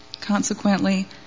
Consequently